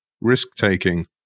risk-taking